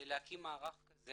להקים מערך כזה.